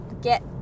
get